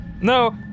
No